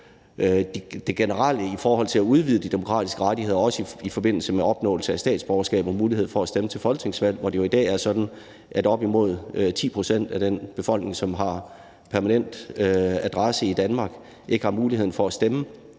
det generelle i forhold til at udvide de demokratiske rettigheder, også i forbindelse med opnåelse af statsborgerskab og muligheden for at stemme til folketingsvalg, hvor det er jo i dag er sådan, at op imod 10 pct. af den befolkning, som har permanent adresse i Danmark, ikke har mulighed for at stemme.